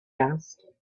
asked